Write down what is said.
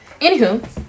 Anywho